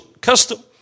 custom